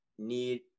need